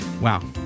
Wow